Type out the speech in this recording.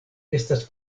estas